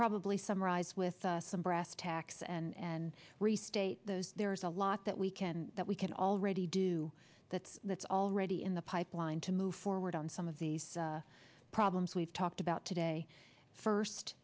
probably summarize with some brass tacks and restate those there's a lot that we can that we can already do that's that's already in the pipeline to move forward on some of these problems we've talked about today first